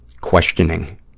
questioning